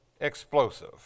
explosive